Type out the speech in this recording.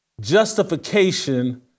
justification